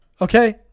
okay